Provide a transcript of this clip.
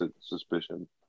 suspicion